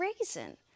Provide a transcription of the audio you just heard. reason